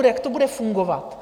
Jak to bude fungovat?